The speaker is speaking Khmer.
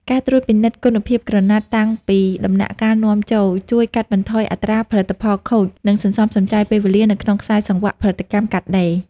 ការត្រួតពិនិត្យគុណភាពក្រណាត់តាំងពីដំណាក់កាលនាំចូល ជួយកាត់បន្ថយអត្រាផលិតផលខូច និងសន្សំសំចៃពេលវេលានៅក្នុងខ្សែសង្វាក់ផលិតកម្មកាត់ដេរ។